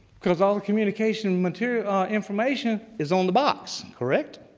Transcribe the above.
because all the communication material information is on the box, correct?